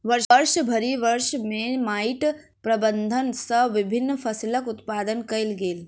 वर्षभरि वर्ष में माइट प्रबंधन सॅ विभिन्न फसिलक उत्पादन कयल गेल